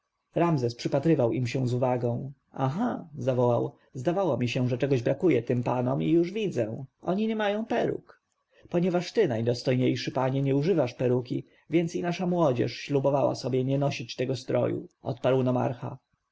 ramzes przypatrzył im się z uwagą aha zawołał zdawało mi się że czegoś brakuje tym panom i już widzę oni nie mają peruk ponieważ ty najdostojniejszy książę nie używasz peruki więc i nasza młodzież ślubowała sobie nie nosić tego stroju odparł nomarcha